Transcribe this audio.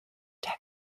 text